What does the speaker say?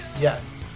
yes